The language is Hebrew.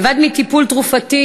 לבד מטיפול תרופתי,